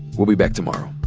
we'll be back tomorrow